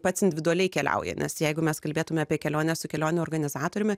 pats individualiai keliauja nes jeigu mes kalbėtume apie kelionę su kelionių organizatoriumi